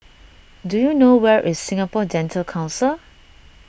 do you know where is Singapore Dental Council